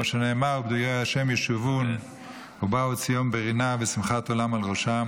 כמו שנאמר: "ופדויי ה' ישובון ובאו ציון ברנה ושמחת עולם על ראשם"